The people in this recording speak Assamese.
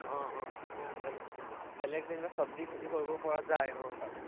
অঁ অঁ অঁ বেলেগ বেলেগ যেনিবা চব্জি খেতি কৰিব পৰা যায় অঁ তাত